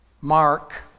Mark